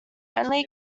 only